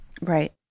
Right